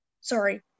Sorry